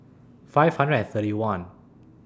five hundred and thirty one